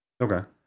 okay